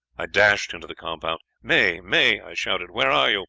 i dashed into the compound. may! may i shouted. where are you i